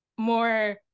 more